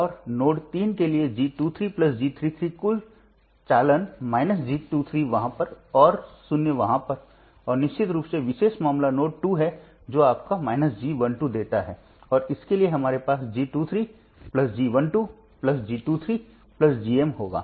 और नोड 3 के लिए G23 G33 कुल चालन G23 वहाँ पर और 0 वहाँ पर और निश्चित रूप से विशेष मामला नोड 2 है जो आपको G 1 2 देता है और इसके लिए हमारे पास G23 G12G23 GM होगा